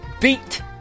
Beat